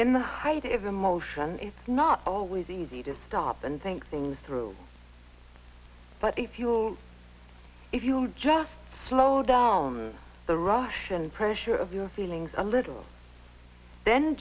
in the height of emotion it's not always easy to stop and think things through but if you will if you just slow down the russian pressure of your feelings a little then